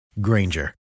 Granger